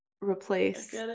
replace